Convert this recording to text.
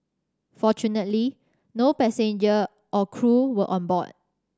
fortunately no passenger or crew were on board